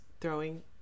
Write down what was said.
throwing